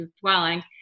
dwelling